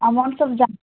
amount ಸ್ವಲ್ಪ್ ಜಾಸ್ತಿ